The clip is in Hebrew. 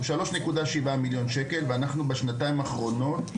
הוא עומד על 3.7 מיליון ₪ ואנחנו בשנתיים האחרונות.